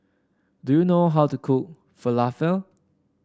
do you know how to cook Falafel